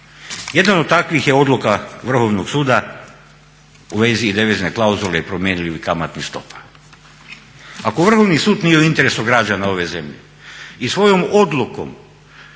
Jedan od takvih je odluka Vrhovnog suda u vezi devizne klauzule i promjenjivih kamatnih stopa. Ako Vrhovni sud nije u interesu građana ove zemlje i svojom odlukom